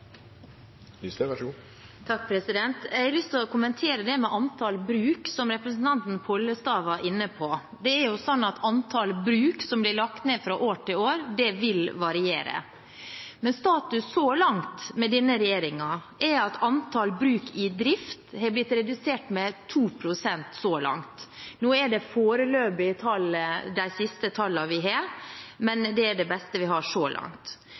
jo sånn at antall bruk som blir lagt ned fra år til år, vil variere. Men status så langt, med denne regjeringen, er at antall bruk i drift er redusert med 2 pst.. Nå er de siste tallene vi har, foreløpige tall, men det er de beste vi har så langt.